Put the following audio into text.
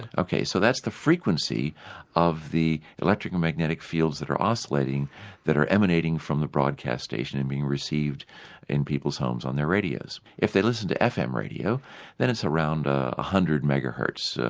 okay, so that's the frequency of the electronic and magnetic fields that are oscillating that are emanating from the broadcast station and being received in people's homes on their radios. if they listen to fm radio then it's around one ah hundred megahertz,